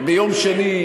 ביום שני,